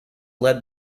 led